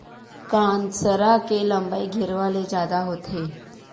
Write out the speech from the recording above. कांसरा के लंबई गेरवा ले जादा होथे